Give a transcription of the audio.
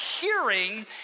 hearing